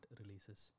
releases